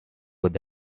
with